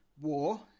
war